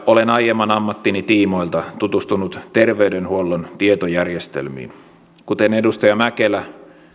olen aiemman ammattini tiimoilta tutustunut terveydenhuollon tietojärjestelmiin kuten edustaja mäkelä